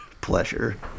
pleasure